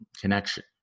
connection